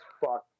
fuck